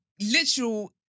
literal